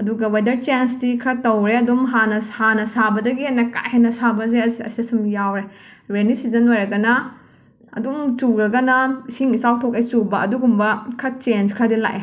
ꯑꯗꯨꯒ ꯋꯦꯗꯔ ꯆꯦꯟꯁꯇꯤ ꯈꯔ ꯇꯧꯋꯦ ꯑꯗꯨꯝ ꯍꯥꯟꯅ ꯍꯥꯟꯅ ꯁꯥꯕꯗꯒꯤ ꯍꯦꯟꯅ ꯀꯥ ꯍꯦꯟꯅ ꯁꯥꯕꯁꯦ ꯑꯁ ꯑꯁꯦ ꯁꯨꯝ ꯌꯥꯎꯔꯦ ꯔꯦꯅꯤ ꯁꯤꯖꯟ ꯑꯣꯏꯔꯒꯅ ꯑꯗꯨꯝ ꯆꯨꯔꯒꯅ ꯏꯁꯤꯡ ꯏꯆꯥꯎ ꯊꯣꯛꯀꯩ ꯆꯨꯕ ꯑꯗꯨꯒꯨꯝꯕ ꯈꯔ ꯆꯦꯟꯁ ꯈꯔꯗꯤ ꯂꯥꯛꯑꯦ